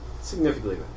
Significantly